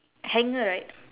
hanger right